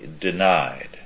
denied